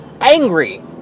Angry